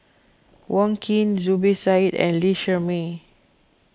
Wong Keen Zubir Said and Lee Shermay